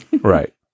right